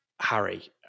Harry